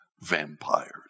vampires